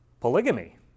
polygamy